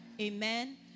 Amen